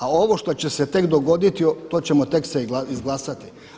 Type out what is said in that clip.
A ovo što će se tek dogoditi to ćemo tek se izglasati.